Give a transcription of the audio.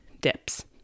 dips